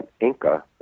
Inca